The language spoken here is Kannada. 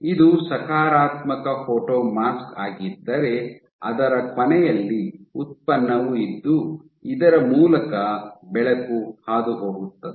ಇದು ಸಕಾರಾತ್ಮಕ ಫೋಟೊಮಾಸ್ಕ್ ಆಗಿದ್ದರೆ ಅದರ ಕೊನೆಯಲ್ಲಿ ಉತ್ಪನ್ನವು ಇದ್ದು ಇದರ ಮೂಲಕ ಬೆಳಕು ಹಾದುಹೋಗುತ್ತದೆ